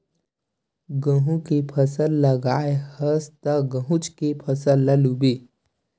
गहूँ के फसल लगाए हस त गहूँच के फसल ल लूबे